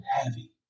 heavy